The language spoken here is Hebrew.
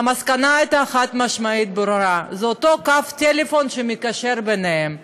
והמסקנה הייתה חד-משמעית וברורה: זה אותו קו טלפון שמקשר ביניהם,